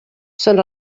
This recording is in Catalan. són